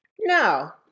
No